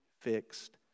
fixed